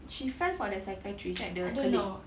she fell for the psychiatrist right the colleague